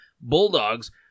Bulldogs